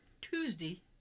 Tuesday